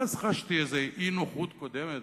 ואז חשבתי באיזו אי-נוחות קודמת,